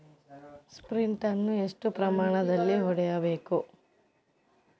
Sprint ಅನ್ನು ಎಷ್ಟು ಪ್ರಮಾಣದಲ್ಲಿ ಹೊಡೆಯಬೇಕು?